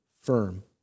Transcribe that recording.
firm